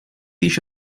еще